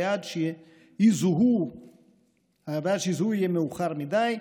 ועד שיזוהו יהיה מאוחר מדי,